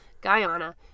Guyana